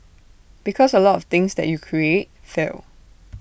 because A lot of things that you create fail